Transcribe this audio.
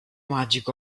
magic